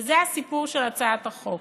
וזה הסיפור של הצעת החוק: